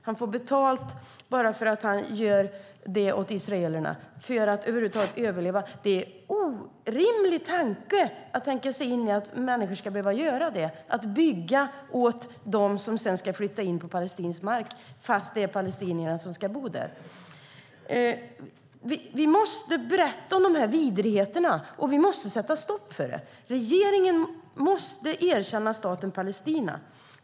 Han fick betalt för att göra detta åt israeler, för att över huvud taget överleva. Det är en orimlig tanke att människor ska behöva göra detta - bygga åt dem som sedan ska flytta in på palestinsk mark trots att det är palestinier som ska bo där. Vi måste berätta om dessa vidrigheter, och vi måste sätta stopp för dem. Regeringen måste erkänna staten Palestina.